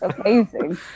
amazing